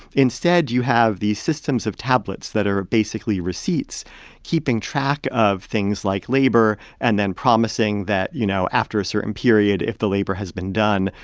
instead, you have these systems of tablets that are basically receipts keeping track of things like labor and then promising that, you know, after a certain period, if the labor has been done,